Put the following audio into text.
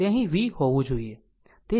તે અહીં V હોવું જોઈએ